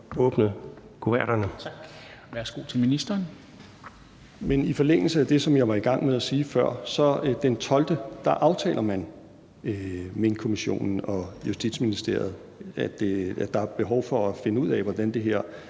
i forlængelse af det, som jeg var i gang med at sige før, aftaler man den 12. november – Minkkommissionen og Justitsministeriet – at der er et behov for at finde ud af, hvordan den her